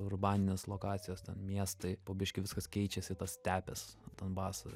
urbaninės lokacijos ten miestai po biškį viskas keičiasi tos stepės donbaso